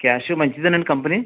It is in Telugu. కాషియో మంచిదేనా అండి కంపెనీ